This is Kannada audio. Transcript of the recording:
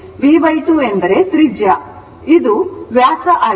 ಆದ್ದರಿಂದ ಇದು ವ್ಯಾಸ ಆಗಿದೆ